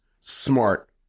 smart